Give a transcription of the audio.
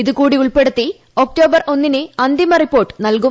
ഇതുകൂടി ഉൾപ്പെടുത്തി ഒക്ടോബർ ഒന്നിന് അന്തിമ റിപ്പോർട്ട് നൽകും